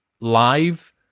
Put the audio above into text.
live